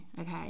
okay